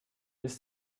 ist